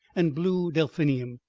and blue delphinium,